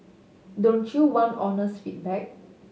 don't you want honest feedback